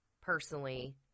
personally